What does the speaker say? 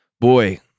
Boy